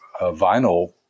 vinyl